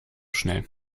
schnell